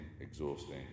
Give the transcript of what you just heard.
exhausting